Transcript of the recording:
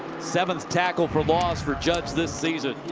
seventh tackle for loss for judge this season.